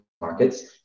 markets